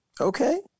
Okay